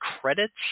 credits